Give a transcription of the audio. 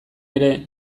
ere